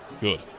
Good